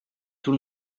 tout